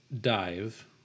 dive